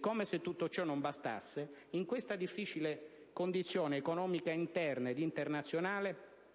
Come se tutto ciò non bastasse, in questa difficile condizione economica interna ed internazionale